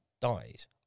dies